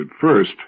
first